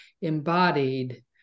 embodied